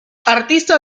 artista